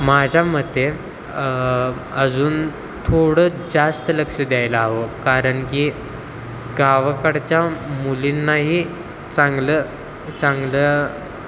माझ्या मते अजून थोडं जास्त लक्ष द्यायला हवं कारण की गावाकडच्या मुलींनाही चांगलं चांगलं